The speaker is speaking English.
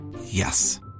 Yes